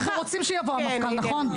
אנחנו רוצים שיבוא המפכ"ל, נכון?